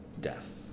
death